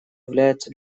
является